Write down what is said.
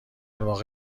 واقع